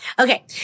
Okay